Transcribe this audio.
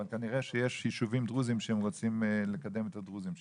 אבל כנראה שיש יישובים דרוזיים שרוצים לקדם את הדרוזים שלהם,